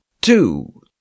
two